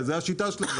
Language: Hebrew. זה השיטה שלהם.